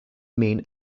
mean